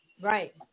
Right